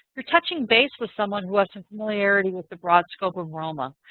you're touching base with someone who has some familiarity with the broad scope of roma.